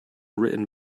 written